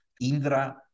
Indra